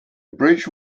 bridge